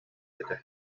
этэ